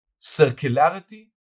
circularity